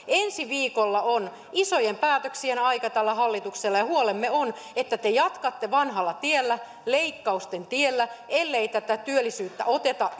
ensi viikolla on isojen päätöksien aika tällä hallituksella ja huolemme on että te jatkatte vanhalla tiellä leik kausten tiellä ellei tätä työllisyyttä oteta